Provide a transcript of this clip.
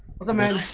was a man